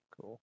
Cool